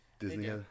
Disney